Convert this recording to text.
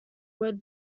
word